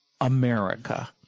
America